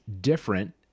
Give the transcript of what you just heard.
different